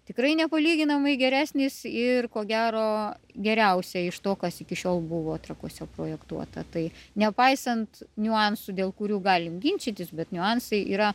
tikrai nepalyginamai geresnis ir ko gero geriausia iš to kas iki šiol buvo trakuose projektuota tai nepaisant niuansų dėl kurių galim ginčytis bet niuansai yra